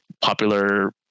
popular